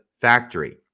Factory